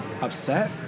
upset